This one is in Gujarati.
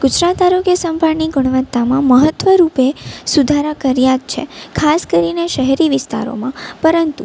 ગુજરાત આરોગ્ય સંભાળની ગુણવત્તામાં મહત્ત્વરૂપે સુધારા કર્યા જ છે ખાસ કરીને શહેરી વિસ્તારોમાં પરંતુ